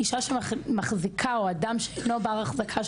אישה שמחזיקה או אדם שאינו בר החזקה,